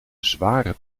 zware